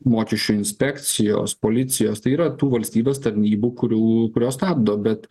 mokesčių inspekcijos policijos tai yra tų valstybės tarnybų kurių kurios stabdo bet